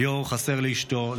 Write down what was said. ליאור חסר לאשתו,